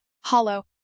hollow